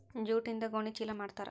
ಜೂಟ್ಯಿಂದ ಗೋಣಿ ಚೀಲ ಮಾಡುತಾರೆ